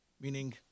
meaning